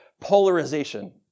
polarization